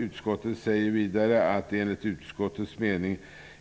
Utskottet skriver vidare: ''Enligt utskottets mening